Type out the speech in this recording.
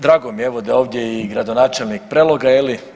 Drago mi je evo da je ovdje i gradonačelnik Preloga.